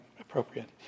appropriate